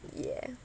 yeah